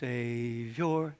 Savior